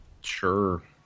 Sure